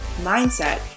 mindset